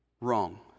wrong